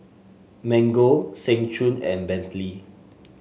Mango Seng Choon and Bentley